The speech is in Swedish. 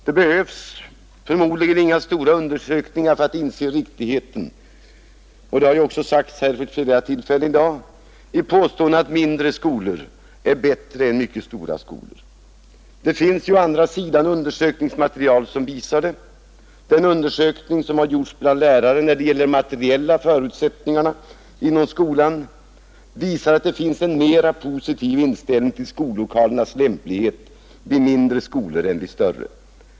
Det behövs förmodligen inga stora undersökningar — det har framhållits vid flera tillfällen här i dag — för att inse riktigheten i påståendet att mindre skolor är bättre än mycket stora skolor. Å andra sidan finns det undersökningsmaterial som visar detta. En undersökning som gjorts bland lärare när det gäller de materiella förutsättningarna inom skolan visar att det finns en mera positiv inställning till skollokalernas lämplighet vid mindre skolor än vid större.